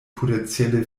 potenzielle